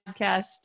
podcast